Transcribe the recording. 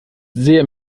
sehr